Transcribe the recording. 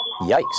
Yikes